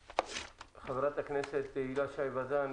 חברת הכנסת הילה שי וזאן,